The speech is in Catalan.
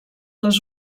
les